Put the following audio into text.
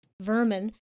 vermin